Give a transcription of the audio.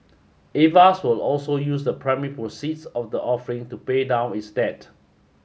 Avast will also use the primary proceeds of the offering to pay down its debt